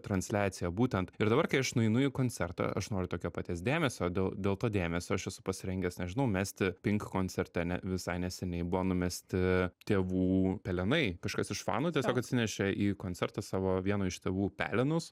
transliaciją būtent ir dabar kai aš nueinu į koncertą aš noriu tokio paties dėmesio dėl dėl to dėmesio aš esu pasirengęs nežinau mesti pink koncerte ne visai neseniai buvo numesti tėvų pelenai kažkas iš fanų tiesiog atsinešė į koncertą savo vieno iš tėvų pelenus